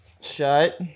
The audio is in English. Shut